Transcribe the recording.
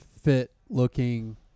fit-looking